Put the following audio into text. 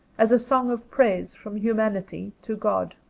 as a song of praise from humanity to god.